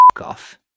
off